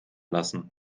lassen